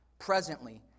Presently